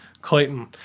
Clayton